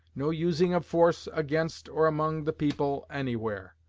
no using of force against or among the people anywhere.